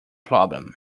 problem